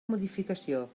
modificació